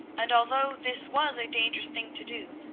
and, although this was a dangerous thing to do,